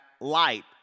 light